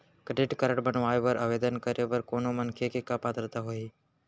Credit card बनवाए बर आवेदन करे बर कोनो मनखे के का पात्रता होही?